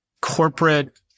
corporate